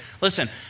Listen